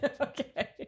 Okay